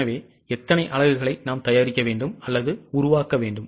எனவே எத்தனை அலகுகளை நாம் தயாரிக்க வேண்டும் அல்லது உருவாக்க வேண்டும்